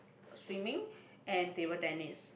swimming and table tennis